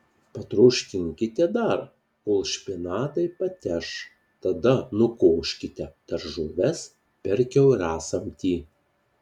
patroškinkite dar kol špinatai pateš tada nukoškite daržoves per kiaurasamtį